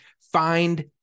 find